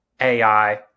AI